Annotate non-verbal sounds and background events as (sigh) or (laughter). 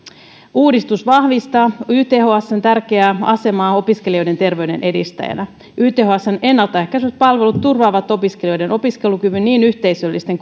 uudistus vahvistaa ythsn tärkeää asemaa opiskelijoiden terveyden edistäjänä ythsn ennalta ehkäisevät palvelut turvaavat opiskelijoiden opiskelukyvyn niin yhteisöllisten (unintelligible)